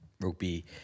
Rugby